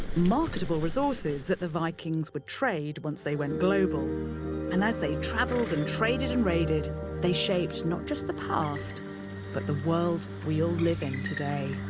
marketable resources that the vikings would trade once they went global and as they traveled and traded and raided they shaped not just the past but the world we all live in today.